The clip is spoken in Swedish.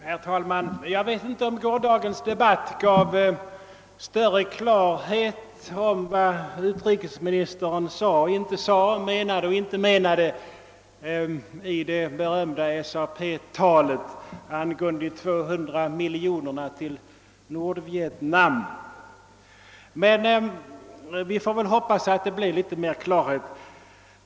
Herr talman! Jag vet inte om gårdagens debatt gav större klarhet i vad utrikesministern sade eller inte sade och menade eller inte menade i det omdiskuterade SAP-talet rörande de 200 miljoner kronorna till Nordvietnam. Vi får väl hoppas att det klarnade något.